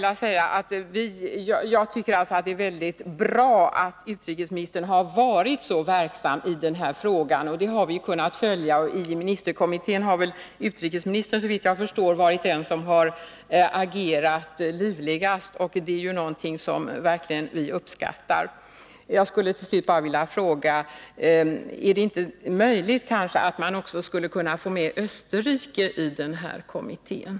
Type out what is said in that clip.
Jag tycker det är bra att utrikesministern har varit så verksam i den här frågan — det har vi kunnat följa. I ministerkommittén har väl utrikesministern, såvitt jag förstår, varit den som agerat livligast, och det är någonting som vi verkligen uppskattar. Jag skulle till slut bara vilja fråga: Är det inte möjligt att få med också Österrike i kommittén?